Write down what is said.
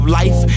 life